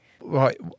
Right